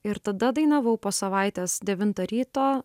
ir tada dainavau po savaitės devintą ryto